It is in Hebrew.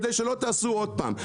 כדי שלא תעשו עוד פעם,